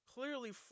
Clearly